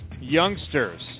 youngsters